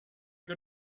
got